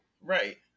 right